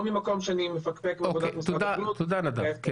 לא מקום שאני מפקפק בעבודת משרד הבריאות אלא להיפך.